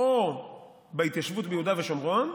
או בהתיישבות ביהודה ושומרון,